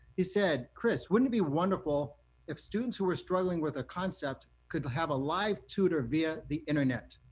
he said, chris, wouldn't it be wonderful if students who were struggling with a concept could have a live tutor via the internet?